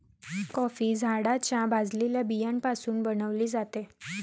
coffee झाडाच्या भाजलेल्या बियाण्यापासून बनविली जाते